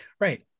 right